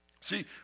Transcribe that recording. See